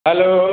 hello